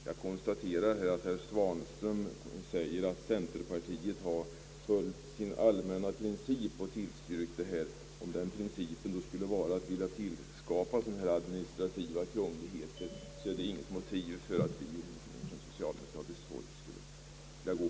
Jag konstaterar att herr Svanström säger att centerpartiet följt sin allmänna princip och tillstyrkt detta förslag.